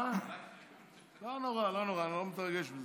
לא נורא, לא נורא, אני לא מתרגש מזה.